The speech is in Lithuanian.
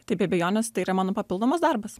tai be abejonės tai yra mano papildomas darbas